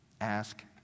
Ask